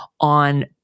on